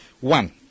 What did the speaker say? one